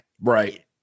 right